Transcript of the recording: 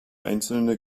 einzelne